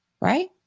right